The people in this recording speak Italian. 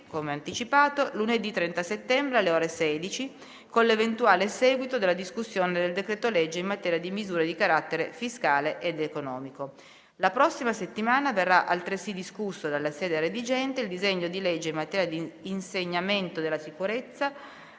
come anticipato, lunedì 30 settembre, alle ore 16, con l'eventuale seguito della discussione del decreto-legge in materia di misure di carattere fiscale ed economico. La prossima settimana verrà altresì discusso, dalla sede redigente, il disegno di legge in materia di insegnamento della sicurezza